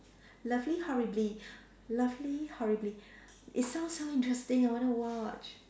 lovely horribly lovely horribly it sounds so interesting I want to watch